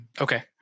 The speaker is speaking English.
okay